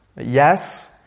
yes